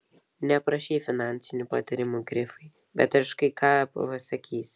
neprašei finansinių patarimų grifai bet aš kai ką pasakysiu